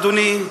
אדוני,